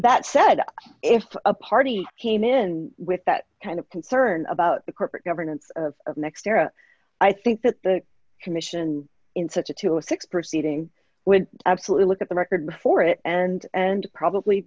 that said if a party came in with that kind of concern about the corporate governance of next era i think that the commission in such a two or six proceeding would absolutely look at the record before it and and probably